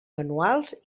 manuals